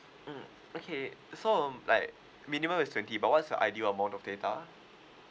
mm okay so um like minimum is twenty but what's your ideal amount of data